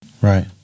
Right